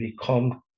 become